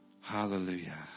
Hallelujah